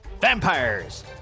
Vampires